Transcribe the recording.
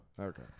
Okay